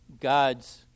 God's